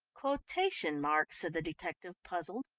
quotation marks, said the detective, puzzled.